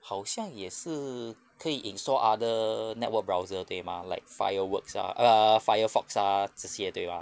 好像也是可以 install other network browser 对 mah like firefox ah err firefox ah 这些对 mah